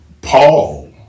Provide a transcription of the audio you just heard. Paul